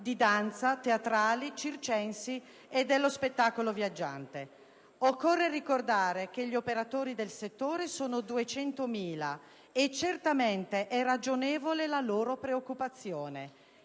di danza, teatrali, circensi e dello spettacolo viaggiante. Occorre ricordare che gli operatori del settore sono 200.000 e certamente è ragionevole la loro preoccupazione.